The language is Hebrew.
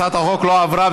הצעת החוק לא עברה,